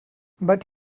but